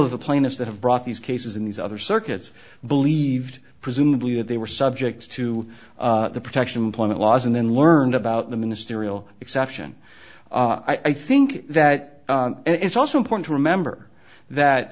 of the plaintiffs that have brought these cases in these other circuits believed presumably that they were subject to the protection employment laws and then learned about the ministerial exception i think that it's also important to remember that